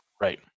Right